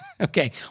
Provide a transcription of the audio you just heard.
Okay